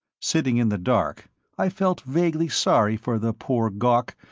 sitting in the dark i felt vaguely sorry for the poor gawk,